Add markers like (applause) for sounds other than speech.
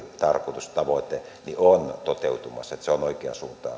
(unintelligible) tarkoitus tavoite on toteutumassa että se on oikeaan suuntaan (unintelligible)